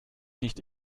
nicht